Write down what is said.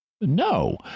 No